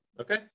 Okay